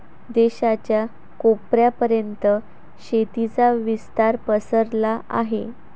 देशाच्या कोपऱ्या पर्यंत शेतीचा विस्तार पसरला आहे